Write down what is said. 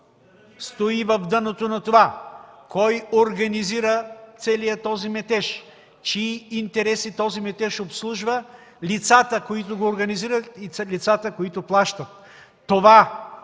стои в дъното на това? Кой организира целия този метеж? Чии интереси този метеж обслужва, лицата, които го организират, и лицата, които плащат? Това